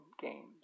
games